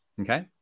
okay